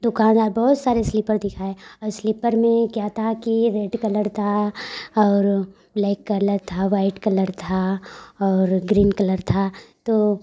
दुकानदार बहुत सारे स्लीपर दिखाए और स्लीपर में क्या था की रेड कलर था और ब्लैक कलर था वाईट कलर था और ग्रीन कलर था तो